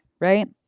right